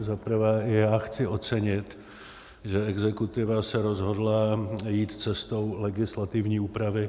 Zaprvé chci ocenit, že exekutiva se rozhodla jít cestou legislativní úpravy.